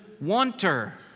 wanter